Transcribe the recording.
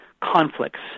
conflicts